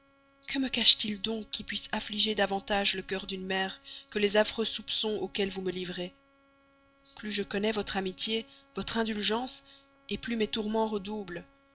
que me cache-t-il donc qui puisse affliger davantage le cœur d'une mère que les affreux soupçons auxquels vous me livrez plus je connais votre amitié votre indulgence plus mes tourments redoublent